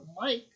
Mike